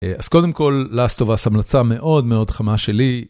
אז קודם כל, לאסטובס המלצה מאוד מאוד חמה שלי.